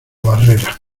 barrera